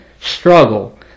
struggle